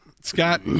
Scott